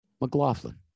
McLaughlin